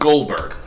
Goldberg